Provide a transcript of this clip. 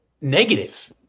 negative